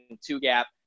two-gap